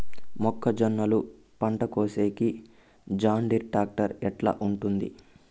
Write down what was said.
మొక్కజొన్నలు పంట కోసేకి జాన్డీర్ టాక్టర్ ఎట్లా ఉంటుంది?